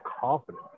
confident